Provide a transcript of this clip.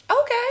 okay